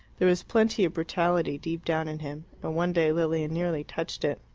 there was plenty of brutality deep down in him, and one day lilia nearly touched it.